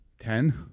Ten